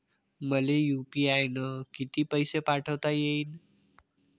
मले यू.पी.आय न किती पैसा पाठवता येईन?